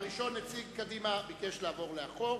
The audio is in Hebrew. הראשון, נציג קדימה, ביקש לעבור לאחור.